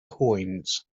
coins